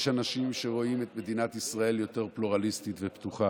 יש אנשים שרואים את מדינת ישראל יותר פלורליסטית ופתוחה,